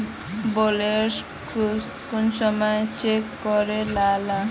Balance कुंसम check करे लाल?